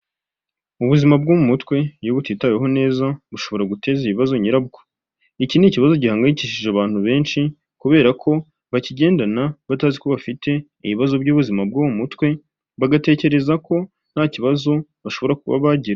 Ubuzima bwo mu mutwe iyo butitaweho neza bushobora guteza ibibazo nyirabwo, iki ni ikibazo gihangayikishije abantu benshi, kubera ko bakigendana batazi ko bafite ibibazo by'ubuzima bwo mu mutwe, bagatekereza ko nta kibazo bashobora kuba bagira.